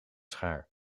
schaar